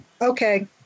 Okay